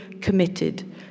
committed